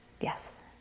Yes